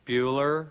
Bueller